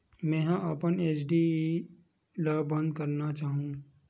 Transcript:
मेंहा अपन एफ.डी ला बंद करना चाहहु